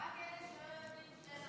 רק אלה שלא יודעים שתי שפות.